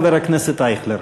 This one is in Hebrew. חבר הכנסת אייכלר.